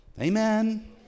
Amen